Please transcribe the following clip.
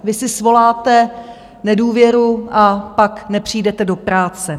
Vy si svoláte nedůvěru, a pak nepřijdete do práce.